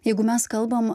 jeigu mes kalbam